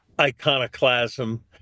iconoclasm